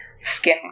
skin